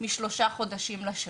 משלושה חודשים לשירות.